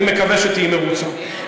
אני מקווה שתהיי מרוצה.